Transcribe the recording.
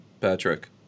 Patrick